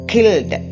Killed